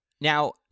Now